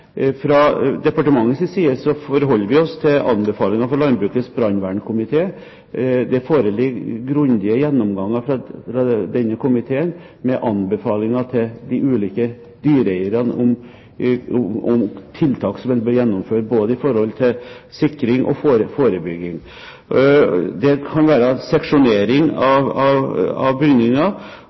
Fra departementets side forholder vi oss til anbefalinger fra Landbrukets brannvernkomité. Det foreligger grundige gjennomganger fra denne komiteen med anbefalinger til de ulike dyreeierne om tiltak man bør gjennomføre, både når det gjelder sikring og forebygging. Det kan være seksjonering av bygninger, og det kan være seksjonering mellom husdyrrom og andre deler av